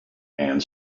and